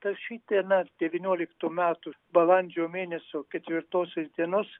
ta ši diena devynioliktų metų balandžio mėnesio ketvirtosios dienos